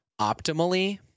optimally